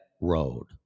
road